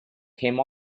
came